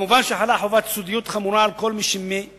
מובן שחלה חובת סודיות חמורה על כל מי שיש